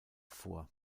vor